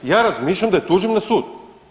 Ja razmišljam da je tužim na sudu.